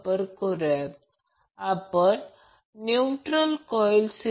तर तो Vcb Ic cos 30 o असावा